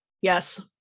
yes